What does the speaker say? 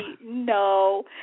No